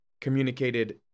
communicated